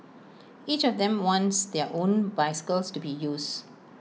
each of them wants their own bicycles to be used